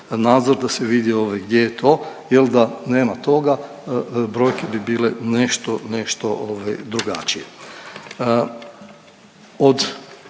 nazad da se vidi ovaj, gdje je to jer da nema toga, brojke bi bile nešto, nešto